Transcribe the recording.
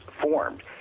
formed